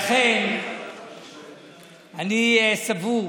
לכן אני סבור